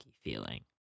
feeling